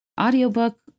audiobook